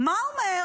מה אומר